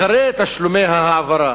ואחרי תשלומי העברה